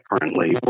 currently